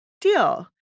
Deal